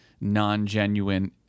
non-genuine